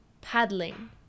Paddling